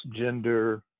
gender